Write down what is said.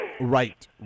Right